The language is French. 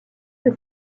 que